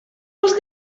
els